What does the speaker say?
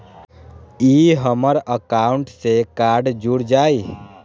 ई हमर अकाउंट से कार्ड जुर जाई?